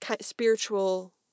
spiritual